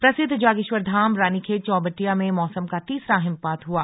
प्रसिद्ध जागेश्वर धाम रानीखेत चौबटिया में मौसम का तीसरा हिमपात हुआ